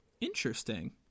Interesting